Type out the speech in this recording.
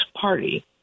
party